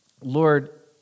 Lord